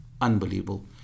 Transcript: Unbelievable